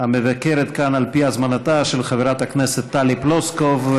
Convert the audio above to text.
המבקרת כאן על פי הזמנתה של חברת הכנסת טלי פלוסקוב.